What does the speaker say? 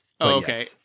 Okay